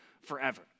forever